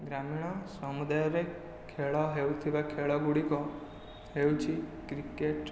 ଗ୍ରାମୀଣ ସମୁଦାୟରେ ଖେଳ ହେଉଥିବା ଖେଳ ଗୁଡ଼ିକ ହେଉଛି କ୍ରିକେଟ୍